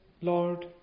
Lord